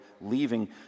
leaving